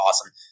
awesome